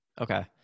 Okay